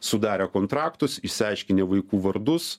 sudarę kontraktus išsiaiškinę vaikų vardus